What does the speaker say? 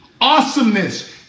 awesomeness